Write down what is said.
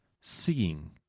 seeing